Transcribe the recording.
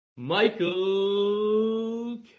Michael